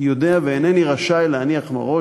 יודע ואינני רשאי להניח מראש,